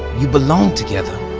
you belong together.